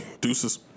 Deuces